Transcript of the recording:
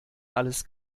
alles